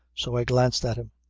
so i glanced at him.